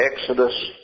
Exodus